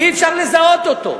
אי-אפשר לזהות אותו.